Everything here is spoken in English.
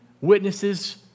witnesses